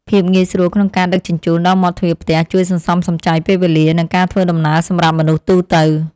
ភាពងាយស្រួលក្នុងការដឹកជញ្ជូនដល់មាត់ទ្វារផ្ទះជួយសន្សំសំចៃពេលវេលា និងការធ្វើដំណើរសម្រាប់មនុស្សទូទៅ។